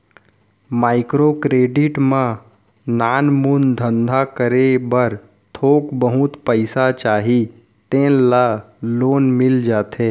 micro credit म नानमुन धंधा करे बर थोक बहुत पइसा चाही तेन ल लोन मिल जाथे